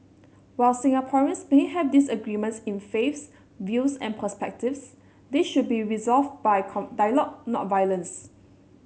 while Singaporeans may have disagreements in faiths views and perspectives they should be resolved by dialogue not violence